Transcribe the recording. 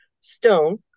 Stone